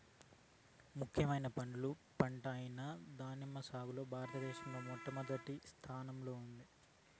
ముఖ్యమైన పండ్ల పంట అయిన దానిమ్మ సాగులో భారతదేశం మొదటి స్థానంలో ఉంది